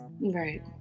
right